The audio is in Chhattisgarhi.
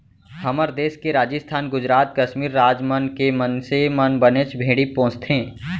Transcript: हमर देस के राजिस्थान, गुजरात, कस्मीर राज मन के मनसे मन बनेच भेड़ी पोसथें